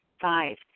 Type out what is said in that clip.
Five